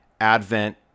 Advent